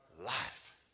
life